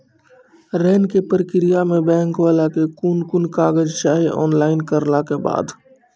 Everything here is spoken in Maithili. ऋण के प्रक्रिया मे बैंक वाला के कुन कुन कागज चाही, ऑनलाइन करला के बाद?